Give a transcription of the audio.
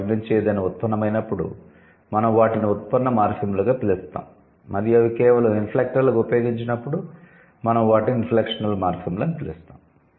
వాటి నుంచి ఏదైనా ఉత్పన్నమైనప్పుడు మేము వాటిని ఉత్పన్న మార్ఫిమ్లుగా పిలుస్తాము మరియు అవి కేవలం ఇన్ఫ్లెక్టర్లుగా ఉపయోగించినప్పుడు మేము వాటిని ఇన్ఫ్లెక్షనల్ మార్ఫిమ్లు అని పిలుస్తాము